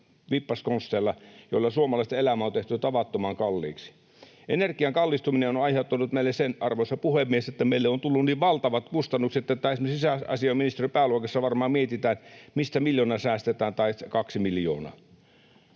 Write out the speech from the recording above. vippaskonsteilla, joilla suomalaisten elämä on tehty tavattoman kalliiksi. Energian kallistuminen on aiheuttanut meille sen, arvoisa puhemies, että meille on tullut niin valtavat kustannukset, että esimerkiksi sisäasiainministeriön pääluokassa varmaan mietitään, mistä säästetään miljoona tai kaksi miljoonaa.